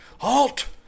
HALT